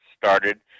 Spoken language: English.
started